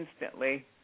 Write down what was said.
instantly